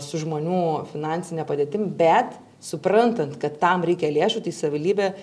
su žmonių finansine padėtim bet suprantant kad tam reikia lėšų tai savivaldybė